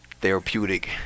therapeutic